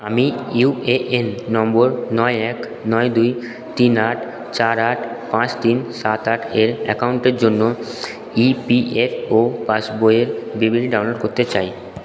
আমি U A N number নয় এক নয় দুই তিন আট চার আট পাঁচ তিন সাত আটের অ্যাকাউন্টের জন্য E P F O pass বইয়ের ডাউনলোড করতে চাই